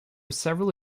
several